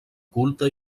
culte